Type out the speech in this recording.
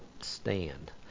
stand